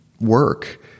work